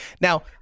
now